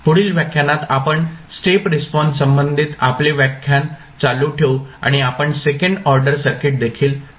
पुढील व्याख्यानात आपण स्टेप रिस्पॉन्स संबंधित आपले व्याख्यान चालू ठेवू आणि आपण सेकंड ऑर्डर सर्किट देखील पाहू